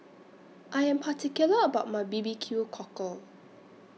I Am particular about My B B Q Cockle